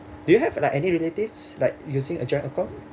do you have like any relatives like using a joint account